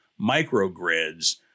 microgrids